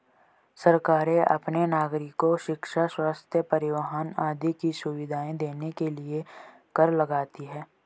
सरकारें अपने नागरिको शिक्षा, स्वस्थ्य, परिवहन आदि की सुविधाएं देने के लिए कर लगाती हैं